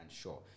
sure